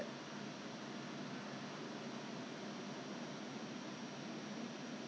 seven plus or so I don't know different timing so so the traffic around the school usually last time ah